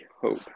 hope